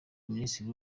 minisitiri